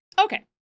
Okay